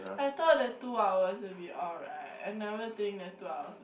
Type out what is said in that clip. I thought the two hours will be alright I never think that two hours will